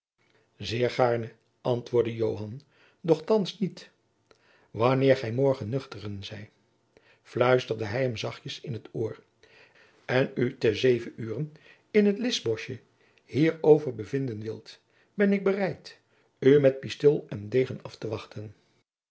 zeer gaarne antwoordde joan doch thands niet wanneer gij morgen nuchteren zij fluisterde hij hem zachtjens in t oor en u te zeven ure in t lischboschje hierover bevinden wilt ben ik bereid u met pistool en degen af te wachten